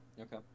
Okay